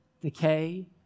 decay